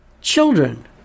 children